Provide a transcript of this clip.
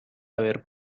haber